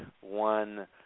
one